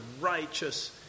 righteous